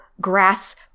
grass